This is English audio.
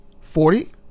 Forty